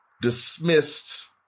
dismissed